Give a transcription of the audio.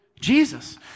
Jesus